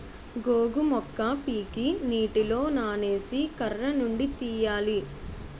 గోగు మొక్క పీకి నీటిలో నానేసి కర్రనుండి తీయాలి